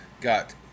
got